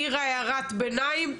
העירה הערת ביניים,